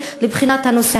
צור.